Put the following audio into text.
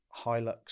hilux